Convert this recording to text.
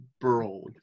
broad